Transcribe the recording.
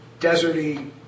deserty